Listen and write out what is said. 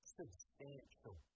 substantial